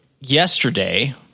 yesterday